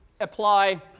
apply